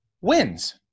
wins